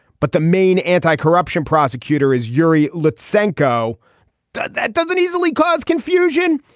but the main anti-corruption prosecutor is yuri. let's sancho that doesn't easily cause confusion.